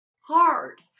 hard